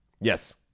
yes